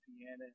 Piano